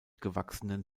gewachsenen